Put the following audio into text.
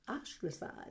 ostracized